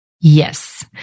Yes